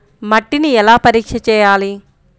మట్టిని ఎలా పరీక్ష చేయాలి?